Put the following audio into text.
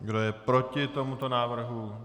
Kdo je proti tomuto návrhu?